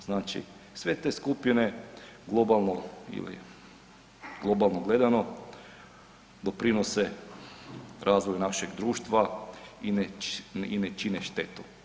Znači, sve te skupine globalno ili globalno gledano doprinose razvoju našeg društva i ne čine štetu.